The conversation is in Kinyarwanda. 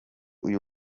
uyu